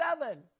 Seven